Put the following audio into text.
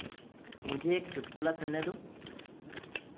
मुझे एक चुटकुला सुनने दो